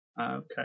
Okay